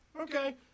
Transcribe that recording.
Okay